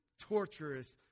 torturous